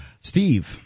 Steve